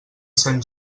sant